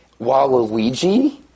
Waluigi